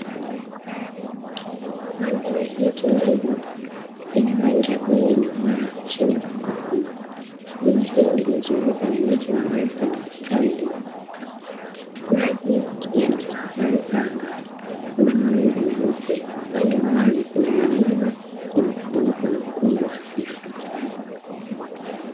Mandhari hii tulivu ina rangi ya bluu inayong'aa chini ya mwanga wa jua. Jua hili limezungukwa na miti mirefu yenye matawi yaliyonyooka. Maji yanatafakari anga, kuna mawingu meupe. Upande wa mbali kuna milima, imefunikwa na ukungu hafifu.